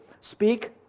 speak